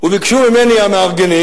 וביקשו ממני המארגנים,